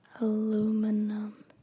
aluminum